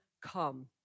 come